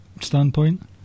standpoint